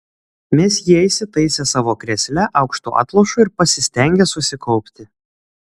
mesjė įsitaisė savo krėsle aukštu atlošu ir pasistengė susikaupti